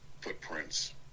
footprints